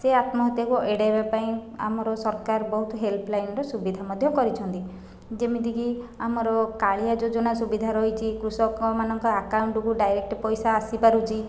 ସେ ଆତ୍ମହତ୍ୟାକୁ ଏଡ଼େଇବା ପାଇଁ ଆମର ସରକାର ବହୁତ ହେଲ୍ପଲାଇନ୍ର ସୁବିଧା ମଧ୍ୟ କରିଛନ୍ତି ଯେମିତିକି ଆମର କାଳିଆ ଯୋଜନା ସୁବିଧା ରହିଛି କୃଷକମାନଙ୍କ ଆକାଉଣ୍ଟ୍ କୁ ଡାଇରେକ୍ଟ ପଇସା ଆସିପାରୁଛି